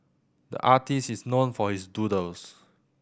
the artist is known for his doodles